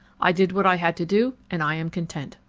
i did what i had to do, and i am content.